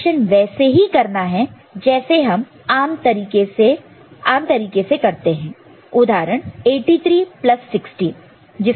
addition वैसे ही करना है जैसे हम आम तरीके से करते हैं उदाहरण 8316 जिसका उत्तर 99 है